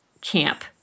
camp